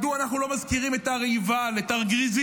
מדוע אנחנו לא מזכירים את הר עיבל, את הר גריזים.